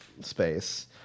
space